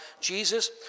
Jesus